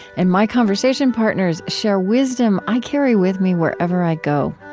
and my conversation partners share wisdom i carry with me wherever i go.